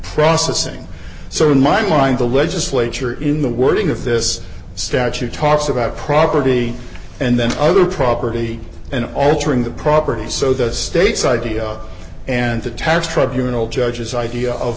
processing so in my mind the legislature in the wording of this statute talks about property and then other property and altering the property so that states idea and the tax tribunals judges idea of